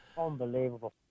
Unbelievable